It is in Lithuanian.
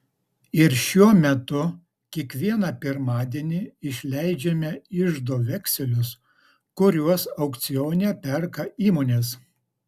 ir šiuo metu kiekvieną pirmadienį išleidžiame iždo vekselius kuriuos aukcione perka įmonės